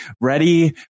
ready